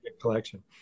collection